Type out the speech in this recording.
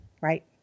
right